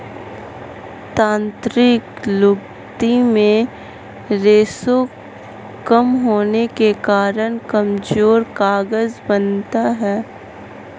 यांत्रिक लुगदी में रेशें कम होने के कारण कमजोर कागज बनता है